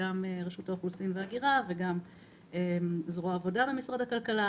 גם רשות האוכלוסין וההגירה וגם זרוע העבודה במשרד הכלכלה